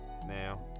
now